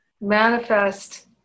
manifest